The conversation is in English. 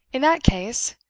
in that case,